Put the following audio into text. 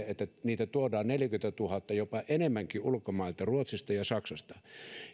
että niitä tuodaan neljäkymmentätuhatta jopa enemmänkin ulkomailta ruotsista ja saksasta